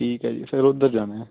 ਠੀਕ ਹੈ ਜੀ ਫਿਰ ਉੱਧਰ ਜਾਣਾ